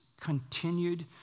continued